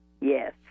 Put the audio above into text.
Yes